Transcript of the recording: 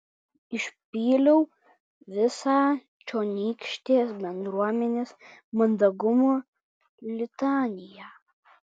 išpyliau visą čionykštės bendruomenės mandagumo litaniją